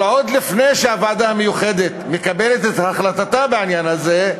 אבל עוד לפני שהוועדה המיוחדת מקבלת את החלטתה בעניין הזה,